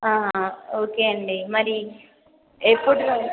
okay అండి మరి ఎప్పుడు రావ